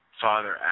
Father